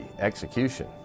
execution